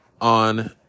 on